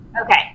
Okay